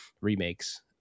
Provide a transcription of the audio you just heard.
remakes